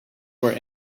were